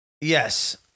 yes